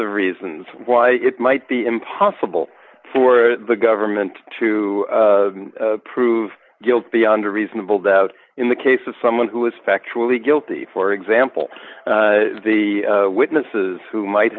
of reasons why it might be impossible for the government to prove guilt beyond a reasonable doubt in the case of someone who is factually guilty for example the witnesses who might